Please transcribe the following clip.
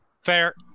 fair